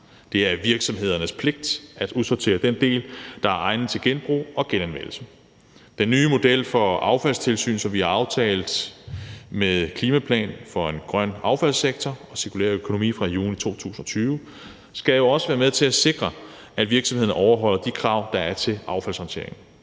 Det er virksomhedernes pligt at udsortere den del, der er egnet til genbrug og genanvendelse. Den nye model for affaldstilsyn, som vi har aftalt med »Klimaplan for en grøn affaldssektor og cirkulær økonomi« fra juni 2020, skal jo også være med til at sikre, at virksomhederne overholder de krav, der er til affaldshåndtering.